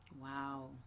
wow